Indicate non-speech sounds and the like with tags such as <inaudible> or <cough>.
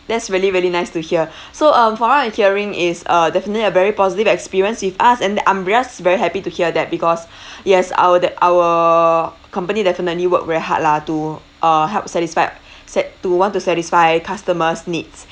that's really really nice to hear <breath> so um from what I'm hearing is uh definitely a very positive experience with us and I'm just very happy to hear that because <breath> yes our that our company definitely work very hard lah to uh help satisfy sat~ to want to satisfy customers' needs